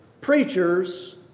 preachers